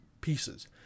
pieces